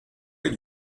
êtes